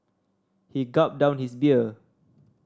he gulped down his beer